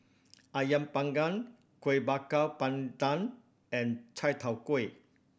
Ayam Panggang Kuih Bakar Pandan and Chai Tow Kuay